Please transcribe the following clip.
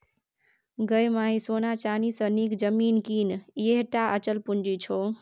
गै माय सोना चानी सँ नीक जमीन कीन यैह टा अचल पूंजी छौ